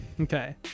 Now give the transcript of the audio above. okay